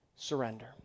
Surrender